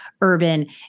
urban